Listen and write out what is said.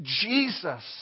Jesus